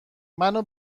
منو